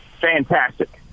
Fantastic